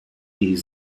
die